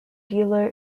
dealer